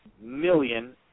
million